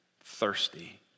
thirsty